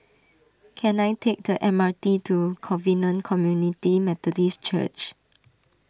can I take the M R T to Covenant Community Methodist Church